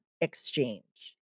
exchange